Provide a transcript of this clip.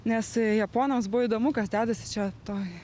nes japonams buvo įdomu kas dedasi čia toj